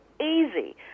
easy